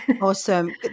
Awesome